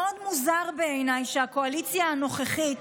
מאוד מוזר בעיניי שהקואליציה הנוכחית,